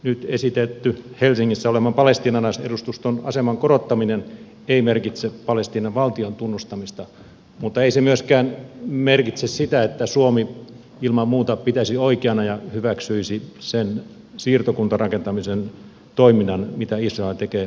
nyt esitetty helsingissä olevan palestiinalaisedustuston aseman korottaminen ei merkitse palestiinan valtion tunnustamista mutta ei se myöskään merkitse sitä että suomi ilman muuta hyväksyisi sen siirtokuntarakentamistoiminnan mitä israel tekee palestiinalaisalueella ja pitäisi sitä oikeana